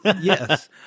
Yes